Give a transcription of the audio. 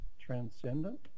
transcendent